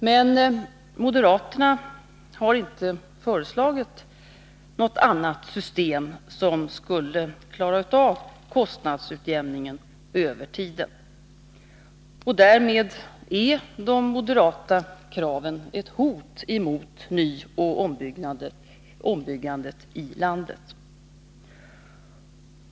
Men moderaterna har inte föreslagit något annat system som skulle klara av kostnadsutjämningen över tiden. Därmed är de moderata kraven ett hot mot nyoch ombyggandet i landet.